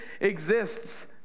exists